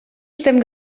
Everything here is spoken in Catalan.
estem